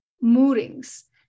moorings